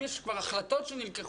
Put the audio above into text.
אם יש כבר החלטות שנלקחו,